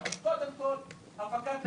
קודם כל הפקת לקחים.